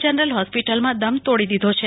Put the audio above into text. general હોસ્પિટલમાં દમ તોડી દીધો છે